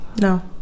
No